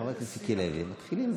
חבר הכנסת מיקי לוי, מתחילים,